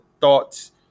thoughts